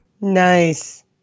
Nice